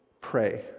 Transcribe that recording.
pray